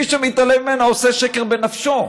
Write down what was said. מי שמתעלם ממנה עושה שקר בנפשו.